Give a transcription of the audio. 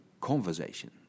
conversation